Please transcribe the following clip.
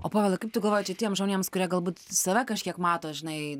o povilai kaip tu galvoji čia tiems žmonėms kurie galbūt save kažkiek mato žinai